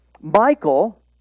Michael